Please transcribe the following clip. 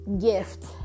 gift